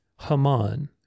Haman